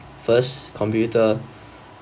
first computer